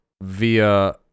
via